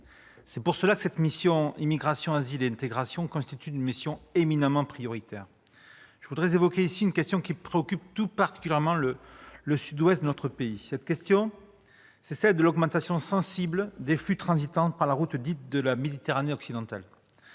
raison pour laquelle la mission « Immigration, asile et intégration » est éminemment prioritaire. Je veux évoquer ici une question qui occupe tout particulièrement le sud-ouest de notre pays, celle de l'augmentation sensible des flux transitant par la route dite « de la Méditerranée occidentale